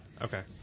Okay